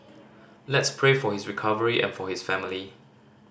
let's pray for his recovery and for his family